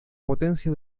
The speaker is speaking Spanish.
potencia